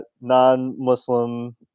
non-Muslim